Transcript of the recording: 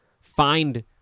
find